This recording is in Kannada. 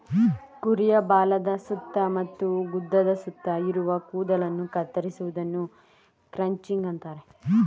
ಕುರಿಯ ಬಾಲದ ಸುತ್ತ ಮತ್ತು ಗುದದ ಸುತ್ತ ಇರುವ ಕೂದಲನ್ನು ಕತ್ತರಿಸುವುದನ್ನು ಕ್ರಚಿಂಗ್ ಅಂತರೆ